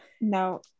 no